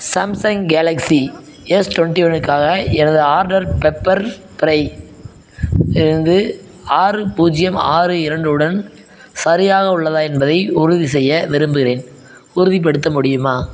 Samsung Galaxy S twenty ஒன்றுக்காக எனது order Pepperfry இலிருந்து ஆறு பூஜ்ஜியம் ஆறு இரண்டுடன் சரியாக உள்ளதா என்பதை உறுதிசெய்ய விரும்புகிறேன் உறுதிப்படுத்த முடியுமா